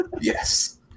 Yes